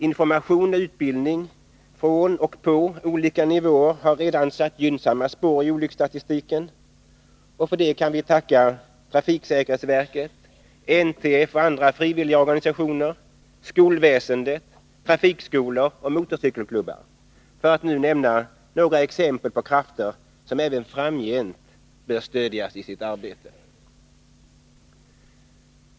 Information och utbildning från och på olika nivåer har redan satt gynnsamma spår i olycksstatistiken, och för det kan vi tacka trafiksäkerhetsverket, NTF och andra frivilliga organisationer, skolväsendet, trafikskolor och motorcykelklubbar, för att nu nämna några exempel på krafter som även framgent bör stödjas i sitt arbete.